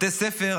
בתי ספר,